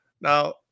now